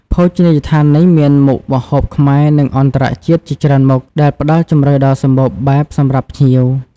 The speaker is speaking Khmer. ភោជនីយដ្ឋាននេះមានមុខម្ហូបខ្មែរ និងអន្តរជាតិជាច្រើនមុខ ដែលផ្ដល់ជម្រើសដ៏សម្បូរបែបសម្រាប់ភ្ញៀវ។